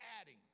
adding